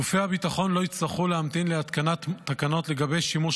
גופי הביטחון לא יצטרכו להמתין להתקנת תקנות לגבי שימוש